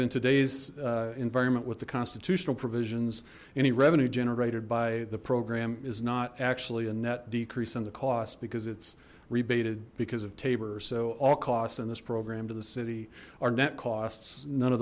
in today's environment with the constitutional provisions any revenue generated by the program is not actually a net decrease in the cost because it's rebated because of tabor so all costs in this program to the city our net costs none of